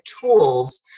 tools